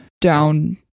down